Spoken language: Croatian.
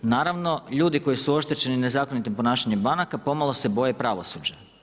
Naravno ljudi koji su oštećeni nezakonitim ponašanjem banaka pomalo se boje pravosuđa.